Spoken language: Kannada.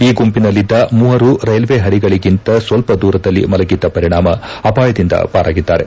ಈ ಗುಂಪಿನಲ್ಲಿದ್ದ ಮೂವರು ರೈಲ್ವೆ ಪಳಿಗಳಿಂತ ಸ್ವಲ್ಪ ದೂರದಲ್ಲಿ ಮಲಗಿದ್ದ ಪರಿಣಾಮ ಅಪಾಯದಿಂದ ಪರಾಗಿದ್ದಾರೆ